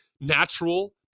Natural